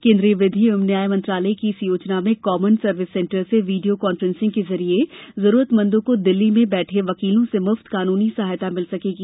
केन्द्रीय विधि एवं न्याय मंत्रालय की इस योजना में कॉमन सर्विस सेंटर से वीडियो कॉफ्रेंसिंग के जरिये जरूरतमंदो को दिल्ली में बैठे वकीलों से मुफ्त कानूनी सहायता मिल सकेगी